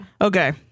Okay